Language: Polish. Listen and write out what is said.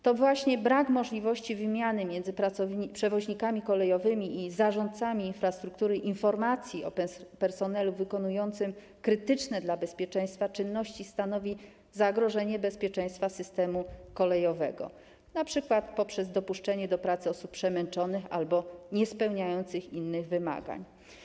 To właśnie brak możliwości wymiany między przewoźnikami kolejowymi i zarządcami infrastruktury informacji o personelu wykonującym krytyczne dla bezpieczeństwa czynności stanowi zagrożenie bezpieczeństwa systemu kolejowego, np. poprzez dopuszczenie do pracy osób przemęczonych albo niespełniających innych wymagań.